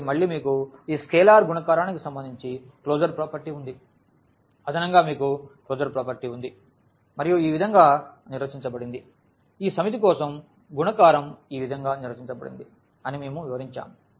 కాబట్టి మళ్ళీ మీకు ఈ స్కేలార్ గుణకారానికి సంబంధించి క్లోజర్ ప్రాపర్టీ ఉంది అదనంగా మీకు క్లోజర్ ప్రాపర్టీ ఉంది మరియు ఈ విధంగా నిర్వచించబడింది ఈ సమితి కోసం గుణకారం ఈ విధంగా నిర్వచించబడింది అని మేము వివరించాము